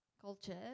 Culture